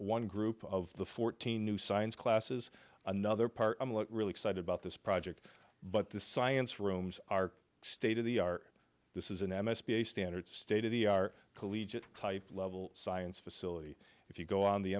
one group of the fourteen new science classes another part really excited about this project but the science rooms are state of the our this is an m s p a standard state of the our collegiate type level science facility if you go on the